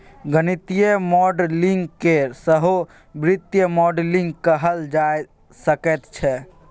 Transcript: गणितीय मॉडलिंग केँ सहो वित्तीय मॉडलिंग कहल जा सकैत छै